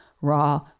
raw